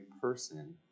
person